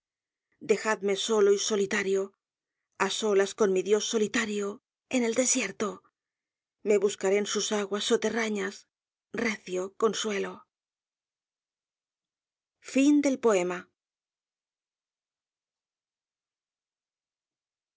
dejadme solo y solitario á solas con mi dios solitario en el desierto me buscaré en sus aguas soterrañas recio consuelo